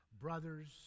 Brothers